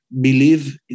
believe